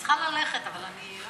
אני צריכה ללכת, אבל אני לא